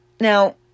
Now